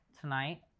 tonight